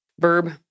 Verb